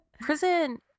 Prison